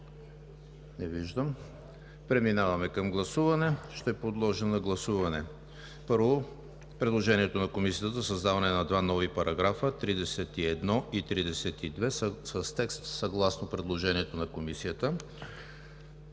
Не виждам. Ще подложа на гласуване първо предложението на Комисията за създаване на два нови параграфа – 31 и 32, с текст съгласно предложението на Комисията;